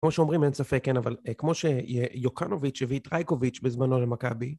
כמו שאומרים אין ספק, כן? אבל כמו שיוקרנוביץ' הביא טרייקוביץ' בזמנו למכבי.